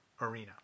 arena